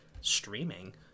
streaming